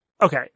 Okay